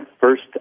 first